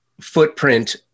footprint